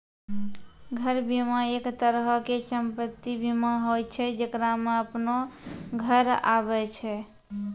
घर बीमा, एक तरहो के सम्पति बीमा होय छै जेकरा मे अपनो घर आबै छै